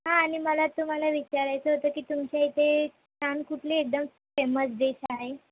हां आणि मला तुम्हाला विचारायचं होतं की तुमच्या इथे छान कुठली एकदम फेमस डिश आहे